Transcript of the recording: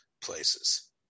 places